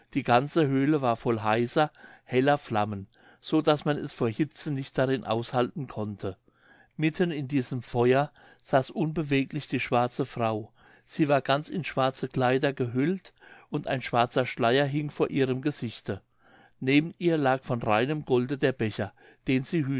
die ganze höhle war voll heißer heller flammen so daß man es vor hitze nicht darin aushalten konnte mitten in diesem feuer saß unbeweglich die schwarze frau sie war ganz in schwarze kleider gehüllt und ein schwarzer schleier hing vor ihrem gesichte neben ihr lag von reinem golde der becher den sie